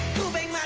will make